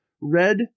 red